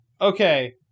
Okay